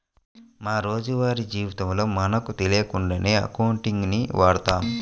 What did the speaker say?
మా రోజువారీ జీవితంలో మనకు తెలియకుండానే అకౌంటింగ్ ని వాడతాం